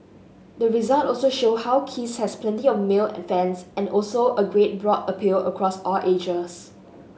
the results also show how Kiss has plenty of male fans and also a great broad appeal across all ages